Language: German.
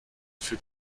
für